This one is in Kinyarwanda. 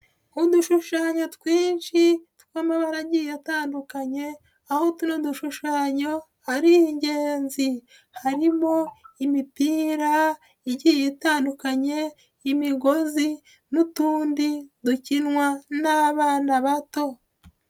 Udushushanyo twinshi tw'amabara agiye atandukanye, aho utuno dushushanyo ari ingenzi. Harimo imipira igiye itandukanye, imigozi n'utundi dukinwa n'abana bato.